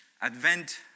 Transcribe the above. Advent